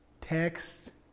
text